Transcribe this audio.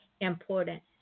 important